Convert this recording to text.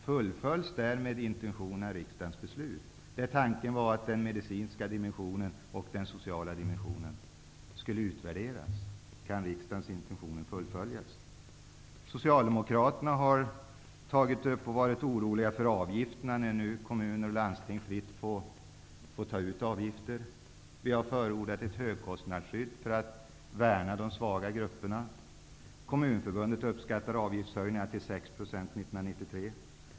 Fullföljs därmed intentionerna i riksdagens beslut? Tanken var den att den medicinska och den sociala dimensionen skulle utvärderas. Kan riksdagens intentioner fullföljas? Socialdemokraterna har varit oroliga för hur det skall gå med avgifterna när kommuner och landsting nu får ta ut avgifter. Vi har förordat ett högkostnadsskydd för att värna om de svaga grupperna. Kommunförbundet uppskattar avgiftshöjningarna till 6 % år 1993.